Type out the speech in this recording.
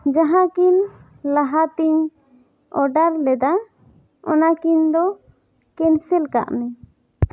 ᱡᱟᱦᱟᱸ ᱠᱤᱱ ᱞᱟᱦᱟ ᱛᱮᱧ ᱳᱰᱟᱨ ᱞᱮᱫᱟ ᱚᱱᱟ ᱠᱤᱱ ᱫᱚ ᱠᱮᱱᱥᱮᱞ ᱠᱟᱜ ᱢᱮ